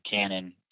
Canon